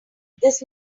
this